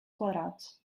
quadrats